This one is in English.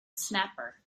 snapper